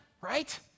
right